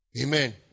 Amen